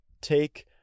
take